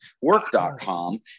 work.com